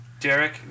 Derek